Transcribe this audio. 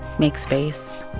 make space.